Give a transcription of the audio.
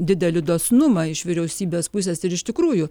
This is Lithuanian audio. didelį dosnumą iš vyriausybės pusės ir iš tikrųjų